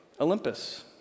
Olympus